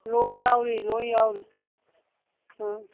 ꯂꯣ ꯌꯥꯎꯔꯤ ꯂꯣꯏ ꯌꯥꯎꯔꯤ ꯑꯥ